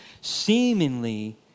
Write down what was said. seemingly